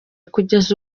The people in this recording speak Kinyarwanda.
kugeza